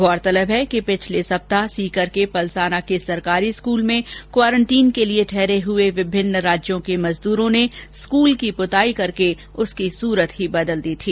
गौरतलब है कि पिछले सप्ताह सीकर के पलसाना के सरकारी स्कूल में क्वारंटीन के लिए ठहरे हुए विभिन्न राज्यों के मजदूरों ने स्कूल की पुताई करके उसकी सुरत ही बदल दी